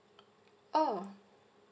oh